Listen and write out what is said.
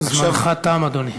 זמנך תם, אדוני.